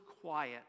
quiet